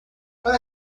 para